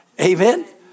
Amen